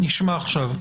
בבקשה.